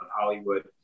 Hollywood